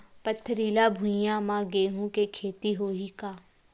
पथरिला भुइयां म गेहूं के खेती होही का?